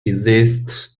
exists